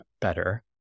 better